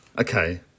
okay